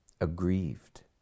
Aggrieved